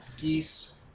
geese